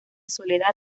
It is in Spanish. soledad